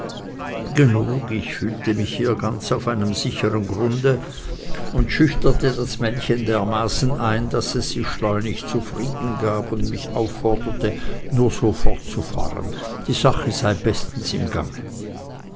genug ich fühlte mich hier ganz auf einem sichern grunde und schüchterte das männchen dermaßen ein daß es sich schleunig zufriedengab und mich aufforderte nur so fortzufahren die sache sei bestens im gange